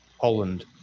Holland